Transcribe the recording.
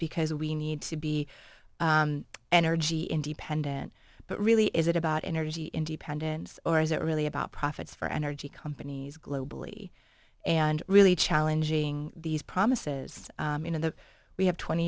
because we need to be energy independent but really is it about energy independence or is it really about profits for energy companies globally and really challenging these promises and the we have twenty